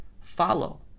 follow